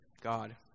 God